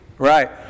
Right